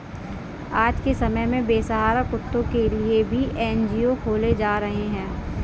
आज के समय में बेसहारा कुत्तों के लिए भी एन.जी.ओ खोले जा रहे हैं